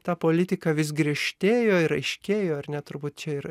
ta politika vis griežtėjo ir aiškėjo ar ne turbūt čia ir